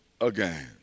again